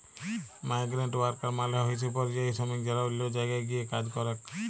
migrant worker মালে হইসে পরিযায়ী শ্রমিক যারা অল্য জায়গায় গিয়ে কাজ করেক